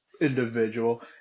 individual